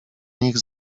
nich